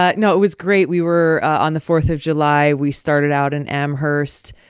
ah no, it was great. we were on the fourth of july, we started out in amherst,